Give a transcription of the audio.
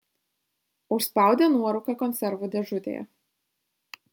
užspaudė nuorūką konservų dėžutėje